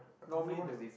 normally the